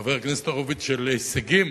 חבר הכנסת הורוביץ, של הישגים